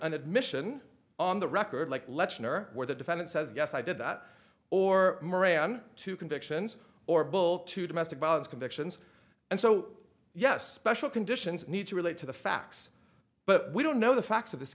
an admission on the record like lesnar where the defendant says yes i did that or moran two convictions or bull two domestic violence convictions and so yes pesher conditions need to relate to the facts but we don't know the facts of this